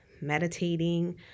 meditating